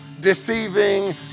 Deceiving